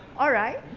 alright.